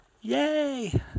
Yay